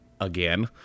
again